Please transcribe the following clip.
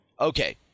Okay